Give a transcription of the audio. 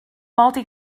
multi